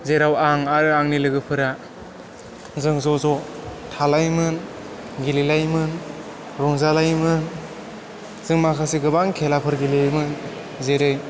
जेराव आं आरो आंनि लोगोफोरा जों ज'ज' थालायोमोन गेलेलायोमोन रंजालायोमोन जों माखासे गोबां खेलाफोर गेलेयोमोन जेरै